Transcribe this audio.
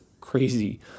crazy